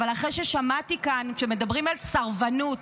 אבל אחרי ששמעתי כאן שמדברים על סרבנות,